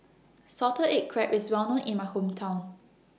Salted Egg Crab IS Well known in My Hometown